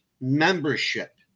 membership